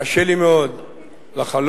קשה לי מאוד לחלוק